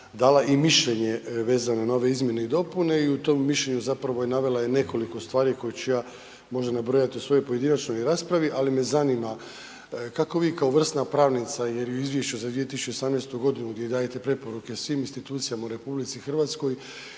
dala i mišljenje vezano na ove izmjene i dopune i u tom mišljenju zapravo je navela je nekoliko stvari koje ću ja možda nabrojati u svojoj pojedinačnoj raspravi, ali me zanima kako bi kao vrsna pravnica, jer i u izvješću za 2018. g. gdje dajete preporuke svim institucijama u RH, i niz pravnika